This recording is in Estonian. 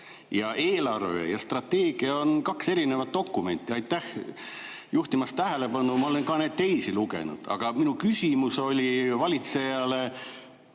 Eelarve ja strateegia on kaks erinevat dokumenti – aitäh juhtimast tähelepanu! Ma olen ka neid teisi lugenud. Aga minu küsimus oli valitsejale,